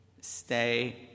Stay